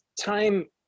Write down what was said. time